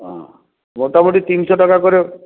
হ্যাঁ মোটামুটি তিনশো টাকা করে